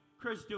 Chris